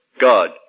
God